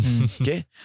Okay